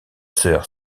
sœur